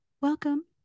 welcome